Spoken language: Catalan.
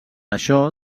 això